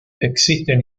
existen